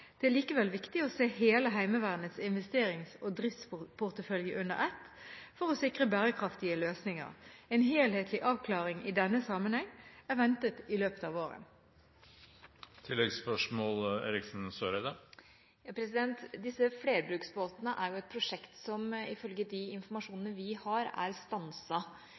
Det er likevel viktig å se hele Heimevernets investerings- og driftsportefølje under ett for å sikre bærekraftige løsninger. En helhetlig avklaring i denne sammenheng er ventet i løpet av våren. Disse flerbruksbåtene er et prosjekt som ifølge den informasjonen vi har, er